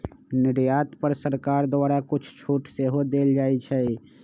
निर्यात पर सरकार द्वारा कुछ छूट सेहो देल जाइ छै